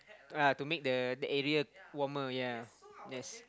ah to make the the area warmer ya yes